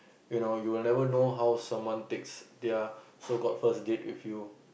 you know you will never know how someone takes their so call first date with you